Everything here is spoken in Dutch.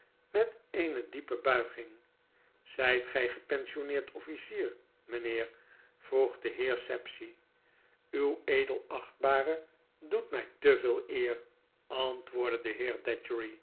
met eene diepe buiging zijt gij gepensionneerd officier mynheer vroeg de heer sapsea uw edelachtbare doet my te veel eer antwoordde de